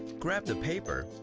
grab the paper,